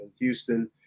Houston